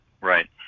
Right